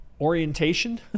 orientation